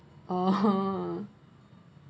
!oho!